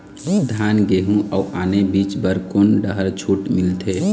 धान गेहूं अऊ आने बीज बर कोन डहर छूट मिलथे?